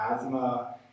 asthma